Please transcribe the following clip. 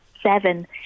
seven